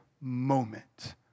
moment